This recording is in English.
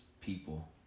people